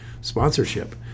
sponsorship